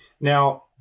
Now